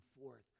forth